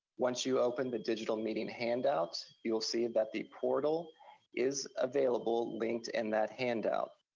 once you open the digital meeting handouts, you will see and that the portal is available, linked in that handout.